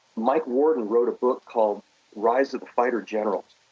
mike warden wrote a book called rise of the fighter generals.